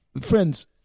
friends